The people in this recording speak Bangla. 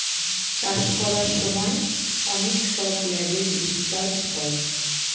চাষ করার জন্য অনেক সব ল্যাবে রিসার্চ হয়